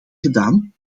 gedaan